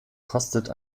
kostet